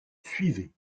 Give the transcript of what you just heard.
suivez